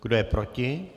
Kdo je proti?